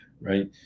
right